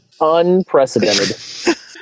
unprecedented